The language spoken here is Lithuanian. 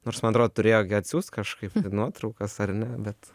nors man atrodo turėjo atsiųst kažkaip ten nuotraukas ar ne bet